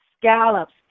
scallops